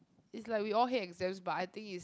it's like we all hear exams but I think it's